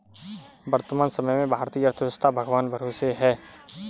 वर्तमान समय में भारत की अर्थव्यस्था भगवान भरोसे है